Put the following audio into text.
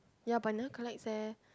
ya but I never collects eh